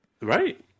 right